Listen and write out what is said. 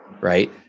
right